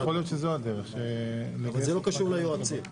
אבל זה לא קשור ליועצים.